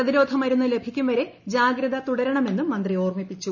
പ്രതിരോധി മരുന്ന് ലഭിക്കും വരെ ജാഗ്രത തുടരണമെന്നും മന്ത്രി ഓർമ്മിപ്പിച്ചു